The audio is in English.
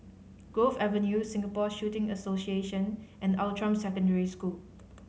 Grove Avenue Singapore Shooting Association and Outram Secondary School